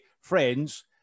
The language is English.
friends